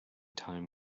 time